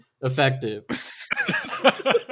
Effective